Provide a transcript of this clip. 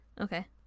Okay